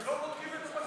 אתם לא בודקים את הבקשות.